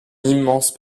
immense